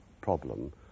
problem